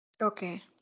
Okay